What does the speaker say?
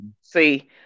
See